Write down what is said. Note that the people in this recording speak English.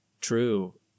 true